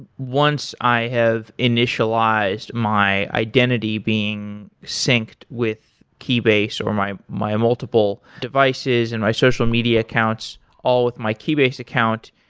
once i have initialized my identity being synced with keybase, or my my multiple devices and my social media accounts all with my keybase account,